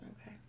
Okay